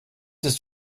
ist